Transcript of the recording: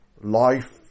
life